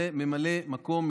וממלא מקום,